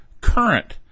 current